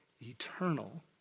eternal